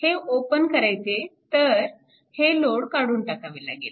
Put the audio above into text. हे ओपन करायचे तर हे लोड काढून टाकावे लागेल